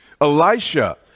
Elisha